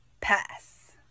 Pass